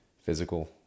physical